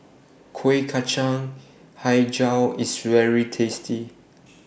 Kueh Kacang Hijau IS very tasty